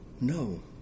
No